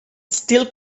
still